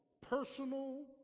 Personal